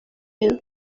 you